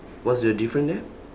what's the different there